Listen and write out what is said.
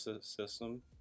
system